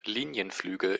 linienflüge